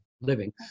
living